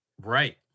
Right